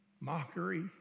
mockery